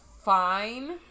fine